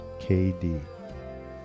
KD